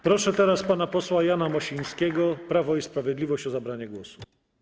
Proszę teraz pana posła Jana Mosińskiego, Prawo i Sprawiedliwość, o zabranie głosu.